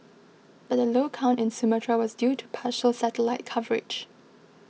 but the low count in Sumatra was due to partial satellite coverage